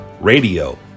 radio